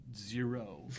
Zero